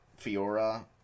Fiora